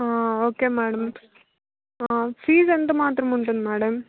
ఆ okay madam ఫీజ ఎంత మాత్రం ఉంటుంది మేడం